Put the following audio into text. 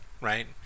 Right